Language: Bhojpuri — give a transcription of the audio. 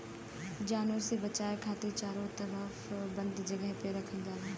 जानवर से बचाये खातिर चारो तरफ से बंद जगह पे रखल जाला